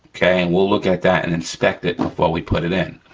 okay? and we'll look at that, and inspect it, before we put it in.